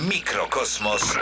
Mikrokosmos